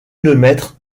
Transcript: lemaitre